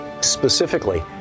specifically